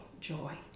joy